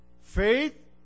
Faith